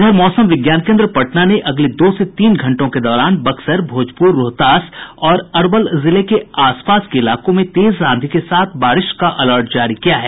इधर मौसम विज्ञान केन्द्र पटना ने अगले दो से तीन घंटे के दौरान बक्सर भोजपुर रोहतास और अरवल जिले के आसपास के इलाकों में तेज आंधी के साथ बारिश का अलर्ट जारी किया है